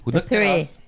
three